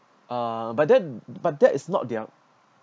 uh but then but that is not their